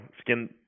skin